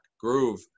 groove